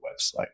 website